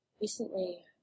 recently